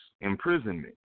imprisonment